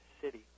city